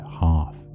half